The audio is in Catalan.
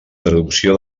traducció